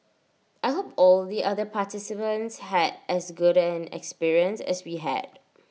I hope all the other participants had as good an experience as we had